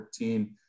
2014